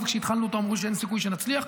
וכשהתחלנו אותו אמרו שאין סיכוי שנצליח,